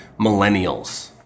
millennials